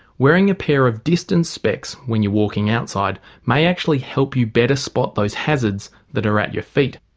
wearing a pair of distance specs when you're walking outside may actually help you better spot those hazards that are at your feet.